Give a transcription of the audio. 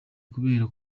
kubera